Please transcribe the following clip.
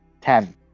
Ten